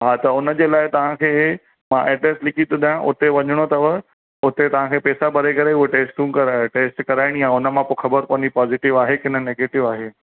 हा त हुनजे लाइ तव्हांखे मां एड्रैस लिखी थो ॾियांव हुते वञणो अथव हुते तव्हांखे पेसा भरे करे उहो टैस्टूं कराए टैस्ट कराइणी आहे हुन मां पोइ ख़बर पवंदी पॉज़िटिव आहे कि न नैगेटिव आहे